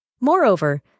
Moreover